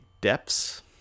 Depths